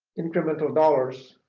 incremental dollars